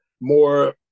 More